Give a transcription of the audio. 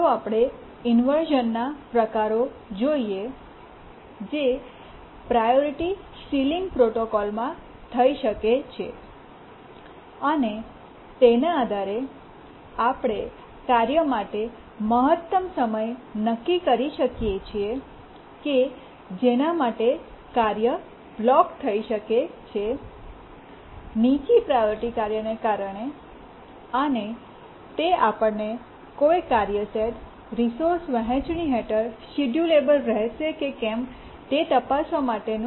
ચાલો આપણે ઇન્વર્શ઼નના પ્રકારો જોઈએ જે પ્રાયોરિટી સીલીંગ પ્રોટોકોલમાં થઈ શકે છે અને તેના આધારે આપણે કાર્ય માટે મહત્તમ સમય નક્કી કરી શકીએ છીએ કે જેના માટે કાર્ય બ્લોક થઈ શકે છે નીચા પ્રાયોરિટી કાર્યને કારણે અને તે આપણને કોઈ કાર્ય સેટ રિસોર્સ વહેંચણી હેઠળ શેડ્યૂલેબલ રહેશે કે કેમ તે તપાસવા માટેનું